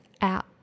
out